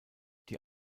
die